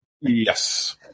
Yes